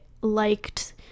liked